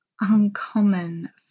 uncommon